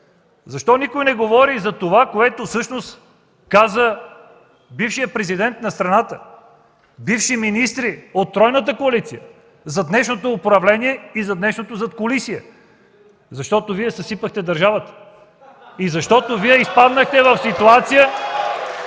Защо никой не говори за това, което всъщност казаха бившият президент на страната и бивши министри от тройната коалиция за днешното управление и за днешното задкулисие? Защото Вие съсипахте държавата. (Смях от КБ. Ръкопляскания